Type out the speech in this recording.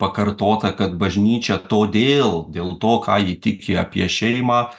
pakartota kad bažnyčia todėl dėl to ką ji tiki apie šeimą